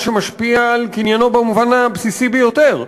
שמשפיע על קניינו במובן הבסיסי ביותר,